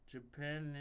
Japan